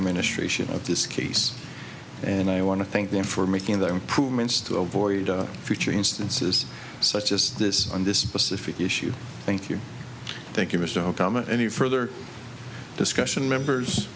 administration of this case and i want to thank them for making the improvements to avoid future instances such as this on this specific issue thank you thank you mr obama any further discussion members